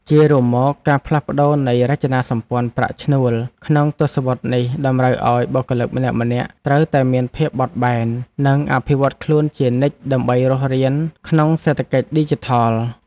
ជារួមមក ការផ្លាស់ប្តូរនៃរចនាសម្ព័ន្ធប្រាក់ឈ្នួលក្នុងទសវត្សរ៍នេះតម្រូវឱ្យបុគ្គលម្នាក់ៗត្រូវតែមានភាពបត់បែន និងអភិវឌ្ឍខ្លួនជានិច្ចដើម្បីរស់រានក្នុងសេដ្ឋកិច្ចឌីជីថល។